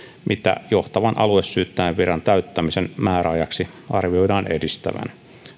mitä johtavan aluesyyttäjän viran täyttämisen määräajaksi arvioidaan edistävän